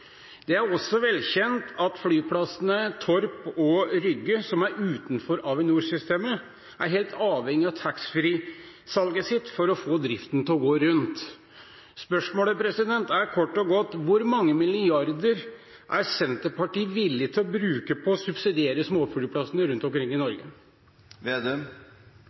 Det er også velkjent at flyplassene Torp og Rygge, som er utenfor Avinor-systemet, er helt avhengig av taxfree-salget sitt for å få driften til å gå rundt. Spørsmålet er kort og godt: Hvor mange milliarder er Senterpartiet villig til å bruke på å subsidiere småflyplassene rundt omkring i Norge?